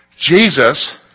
Jesus